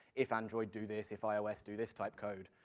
if android, do this, if ios, do this, type code,